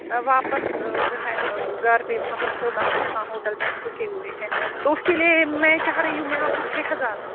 واپس جو ہے گھر پہ وہاں پہ چھوڑنا ہوگا جہاں ہوٹل میں ہم رکے ہوئے ہیں تو اس کے لیے میں چاہ رہی ہوں میں آپ کو چھ ہزار دوں